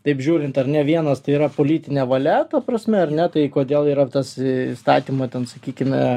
taip žiūrint ar ne vienas tai yra politinė valia ta prasme ar ne tai kodėl yra tas įstatyme ten sakykime